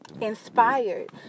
inspired